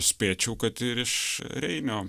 spėčiau kad ir iš reinio